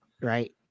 Right